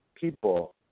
people